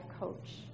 coach